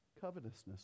covetousness